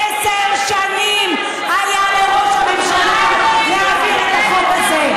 עשר שנים היו לראש הממשלה להעביר את החוק הזה,